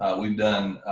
ah we've done